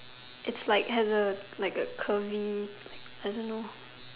it's like has a like a curvy like I don't know